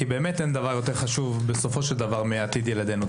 כי באמת אין דבר יותר חשוב בסופו של דבר מעתיד ילדנו.